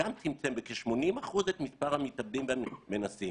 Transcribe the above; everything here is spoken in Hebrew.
גם צמצם בכ-80% את מספר המתאבדים והמנסים.